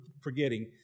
forgetting